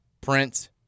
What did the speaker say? print